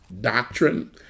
doctrine